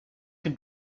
can